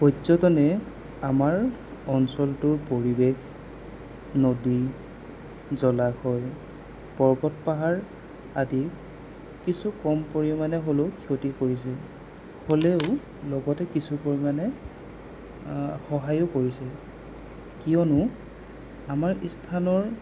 পৰ্যটনে আমাৰ অঞ্চলটোৰ পৰিৱেশ নদী জলাশয় পৰ্বত পাহাৰ আদি কিছু কম পৰিমাণে হ'লেও ক্ষতি কৰিছে হ'লেও লগতে কিছু পৰিমাণে সহায়ো কৰিছে কিয়নো আমাৰ স্থানৰ